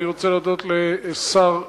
אני רוצה להודות לשר נאמן,